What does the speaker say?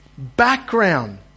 background